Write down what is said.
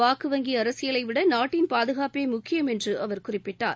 வாக்கு வங்கி அரசியலைவிட நாட்டின் பாதுகாப்பே முக்கியம் என்று அவர் குறிப்பிட்டார்